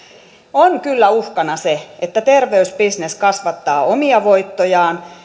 on kyllä uhkana se että terveysbisnes kasvattaa omia voittojaan